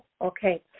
Okay